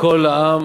וכל העם